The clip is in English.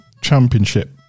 championship